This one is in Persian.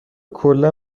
کلا